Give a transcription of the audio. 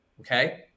Okay